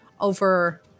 over